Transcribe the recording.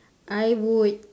I would